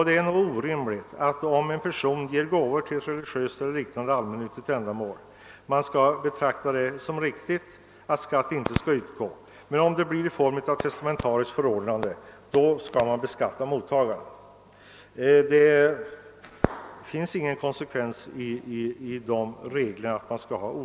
Det är orimligt att om en person ger gåvor till ett religiöst eller allmännyttigt ändamål skall skatt inte utgå, men om gåvor lämnas genom ett testamentariskt förordnande skall mottagaren beskattas.